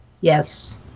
Yes